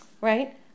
right